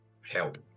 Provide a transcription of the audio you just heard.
help